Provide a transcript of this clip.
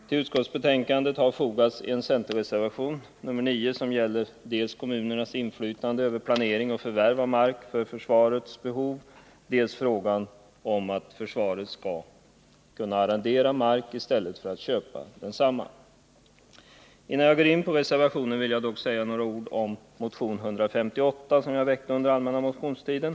Vid utskottsbetänkandet har fogats en centerreservation, nr 9, som gäller dels kommunernas inflytande över planering och förvärv av mark för försvarets behov, dels frågan om försvaret skall arrendera mark i stället för att köpa densamma. Innan jag går in på reservationen vill jag dock säga några ord om motion nr 158, som jag väckte under allmänna motionstiden.